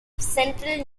central